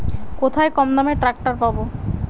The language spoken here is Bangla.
কোথায় কমদামে ট্রাকটার পাব?